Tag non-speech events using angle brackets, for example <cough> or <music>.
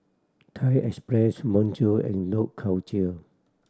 Thai Express Bonjour and <unintelligible> Culture